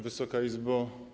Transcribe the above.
Wysoka Izbo!